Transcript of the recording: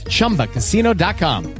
ChumbaCasino.com